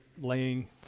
laying